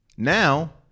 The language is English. Now